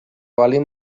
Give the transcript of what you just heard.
baldin